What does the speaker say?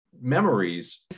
memories